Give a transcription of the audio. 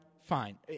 fine